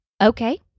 Okay